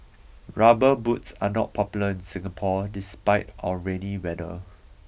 rubber boots are not popular in Singapore despite our rainy weather